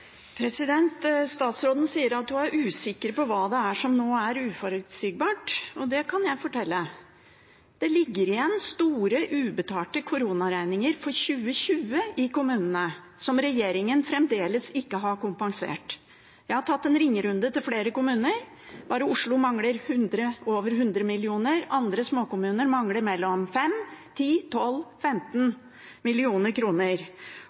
Statsråden sier at hun er usikker på hva det er som nå er uforutsigbart. Det kan jeg fortelle. Det ligger igjen store ubetalte koronaregninger for 2020 i kommunene som regjeringen fremdeles ikke har kompensert. Jeg har tatt en ringerunde til flere kommuner. Bare Oslo mangler over 100 mill. kr. Andre småkommuner mangler mellom 5, 10, 12 og 15